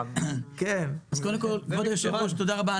קודם כול, כבוד היושב-ראש, תודה רבה.